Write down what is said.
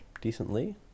Decently